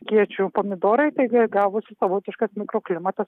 kiečių pomidorai taigi gavosi savotiškas mikroklimatas